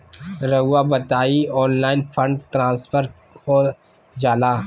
रहुआ बताइए online fund transfer हो जाला?